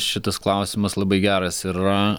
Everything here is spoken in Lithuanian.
šitas klausimas labai geras yra